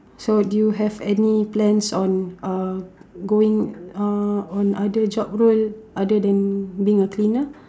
so do you have any plans on uh going uh on other job role other than being a cleaner